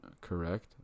Correct